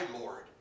Lord